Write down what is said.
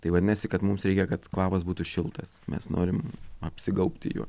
tai vadinasi kad mums reikia kad kvapas būtų šiltas mes norim apsigaubti juo